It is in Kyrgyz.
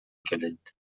келет